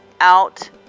out